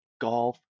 golf